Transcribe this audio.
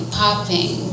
popping